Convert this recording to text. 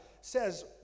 says